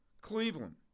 Cleveland